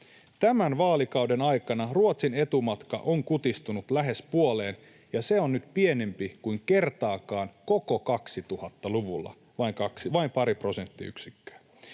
Tämän vaalikauden aikana Ruotsin etumatka on kutistunut lähes puoleen, ja se on nyt pienempi kuin kertaakaan koko 2000-luvulla, vain pari prosenttiyksikköä.